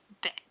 back